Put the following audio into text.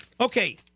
Okay